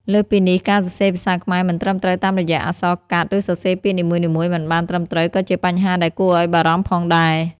លើសពីនេះ ការសរសេរភាសាខ្មែរមិនត្រឹមត្រូវតាមរយៈអក្សរកាត់ ឬសរសេរពាក្យនីមួយៗមិនបានត្រឹមត្រូវ ក៏ជាបញ្ហាដែលគួរឱ្យបារម្ភផងដែរ។